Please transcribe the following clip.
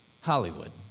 Hollywood